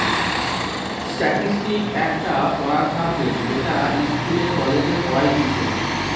statistics একটা পড়ার subject যেটা ইস্কুলে, কলেজে পড়াইতিছে